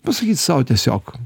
pasakyt sau tiesiog